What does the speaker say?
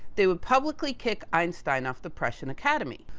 they would publicly kick einstein off the prussian academy.